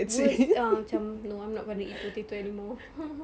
worse ah macam no I'm not going to eat potato any more